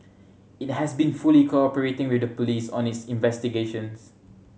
it has been fully cooperating with the police on its investigations